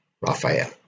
Raphael